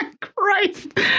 Christ